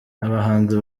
abahanzi